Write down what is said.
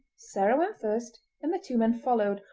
sarah went first, and the two men followed,